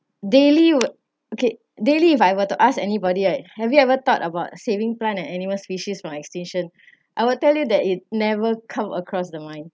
daily okay daily if I were to ask anybody right have you ever thought about saving plants animal species from extinction I will tell you that it never come across the line